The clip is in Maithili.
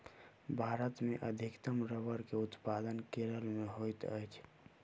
भारत मे अधिकतम रबड़ के उत्पादन केरल मे होइत अछि